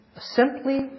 simply